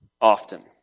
often